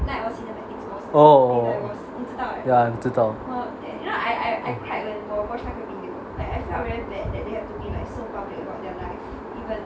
oh oh ya 知道